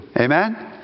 Amen